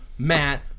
Matt